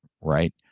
Right